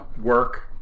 work